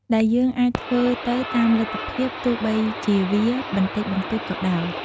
ដែលយើងអាចធ្វើទៅតាមលទ្ធភាព ទោះបីជាវាបន្តិចបន្តួចក៏ដោយ។